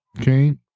okay